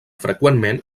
freqüentment